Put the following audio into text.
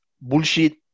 bullshit